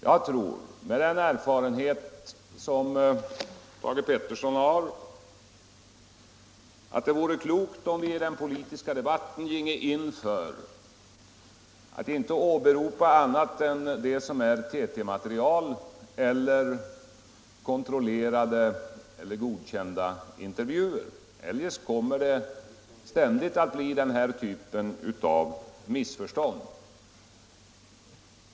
Jag tror att det vore klokt om vi i den politiska debatten ginge in för att inte åberopa annat än TT-material eller kontrollerade eller godkända intervjuer. Eljest kommer den här typen av missförstånd att ständigt uppstå.